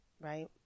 right